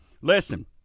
listen